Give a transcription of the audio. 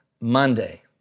Monday